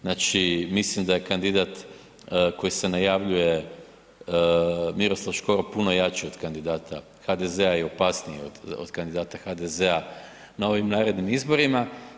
Znači, mislim da je kandidat koji se najavljuje Miroslav Škoro puno jači od kandidata od HDZ-a i opasniji od kandidata HDZ-a na ovim narednim izborima.